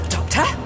Doctor